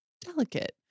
delicate